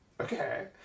okay